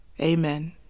Amen